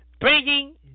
bringing